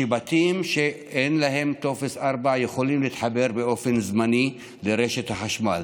שבתים שאין להם טופס 4 יכולים להתחבר באופן זמני לרשת החשמל.